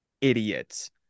idiots